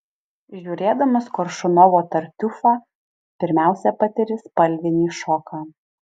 žiūrėdamas koršunovo tartiufą pirmiausia patiri spalvinį šoką